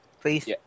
please